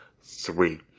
three